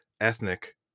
ethnic